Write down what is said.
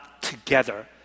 together